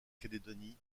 calédonie